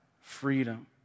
freedom